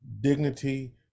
dignity